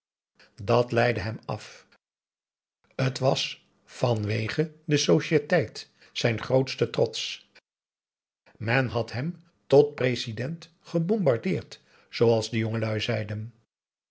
dat leidde hem af het was van wege de societeit zijn grootsten trots en had hem tot president gebombardeerd zooals de jongelui zeiden